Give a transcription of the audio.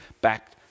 back